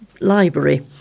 Library